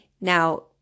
Now